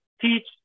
teach